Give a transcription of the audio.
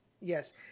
Yes